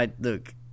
Look